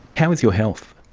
how is your health?